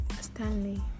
Stanley